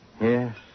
Yes